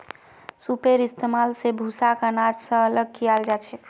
सूपेर इस्तेमाल स भूसाक आनाज स अलग कियाल जाछेक